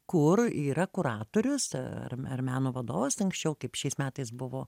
kur yra kuratorius ar ar meno vadovas anksčiau kaip šiais metais buvo